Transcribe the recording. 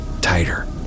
tighter